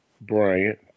Bryant